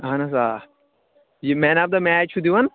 اہن حظ آ یہِ مین آف دَ میچ چھُ دِوان